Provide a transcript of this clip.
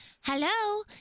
Hello